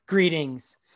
Greetings